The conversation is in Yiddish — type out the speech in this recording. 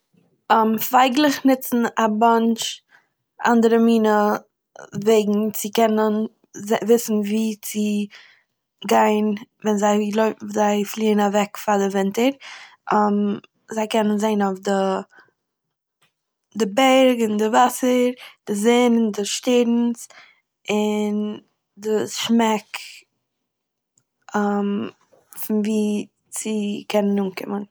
פייגלעך נוצן א באנטש אנדערע מינע א... וועגן צו קענען וויסן ווי צו גיין ווען זיי לוי- זיי פליען אוועק פאר די ווינטער, זיי קענען זעהן אויף די... די בערג און די וואסער דו זון די שטערנס, און.... די שמעק פון ווי צו קענען אנקומען.